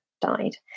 died